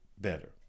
better